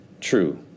true